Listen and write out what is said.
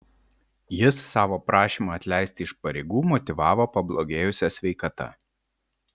jis savo prašymą atleisti iš pareigų motyvavo pablogėjusia sveikata